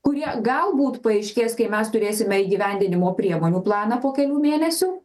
kurie galbūt paaiškės kai mes turėsime įgyvendinimo priemonių planą po kelių mėnesių